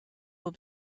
will